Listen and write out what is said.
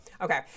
Okay